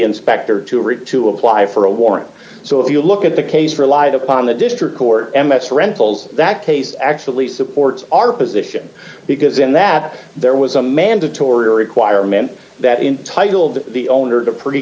inspector to read to apply for a warrant so if you look at the case for light upon the district court m s rentals that case actually supports our position because in that there was a mandatory requirement that intitled the owner to pretty